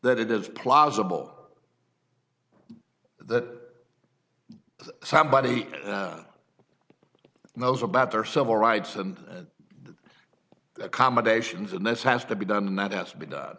that it is plausible that somebody knows about their civil rights and accommodations and this has to be done and that has to be